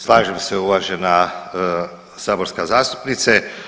Slažem se uvažena saborska zastupnice.